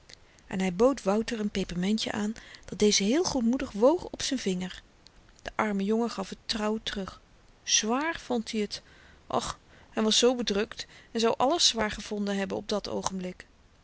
en hy bood wouter n pepermentjen aan dat deze heel goedmoedig woog op z'n vinger de arme jongen gaf het trouw terug zwààr vond i t och hy was zoo bedrukt en zou alles zwaar gevonden hebben op dat oogenblik